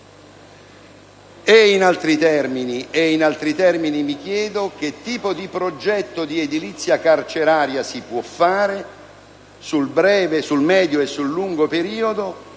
In altri termini, mi chiedo che tipo di progetto di edilizia carceraria si può fare sul breve, sul medio e sul lungo periodo,